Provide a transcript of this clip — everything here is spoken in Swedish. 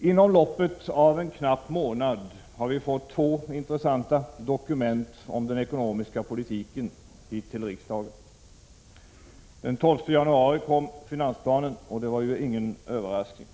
Inom loppet av en knapp månad har vi fått två intressanta dokument om den ekonomiska politiken hit till riksdagen. Den 12 januari kom finansplanen och det var ingen överraskning: